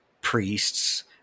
priests